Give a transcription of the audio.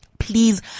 Please